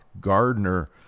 Gardner